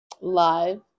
live